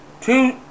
two